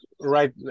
right